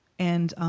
and